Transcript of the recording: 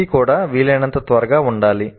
ఇది కూడా వీలైనంత త్వరగా ఉండాలి